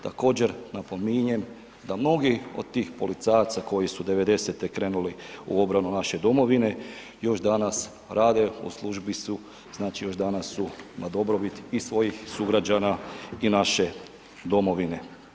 Također napominjem da mnogi od tih policajaca koji su 90.-te krenuli u obranu naše domovine još danas rade, u službi su, znači, još danas su na dobrobit i svojih sugrađana i naše domovine.